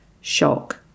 shock